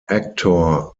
actor